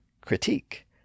critique